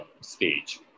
stage